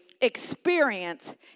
experience